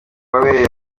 wabereye